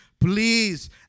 please